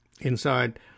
inside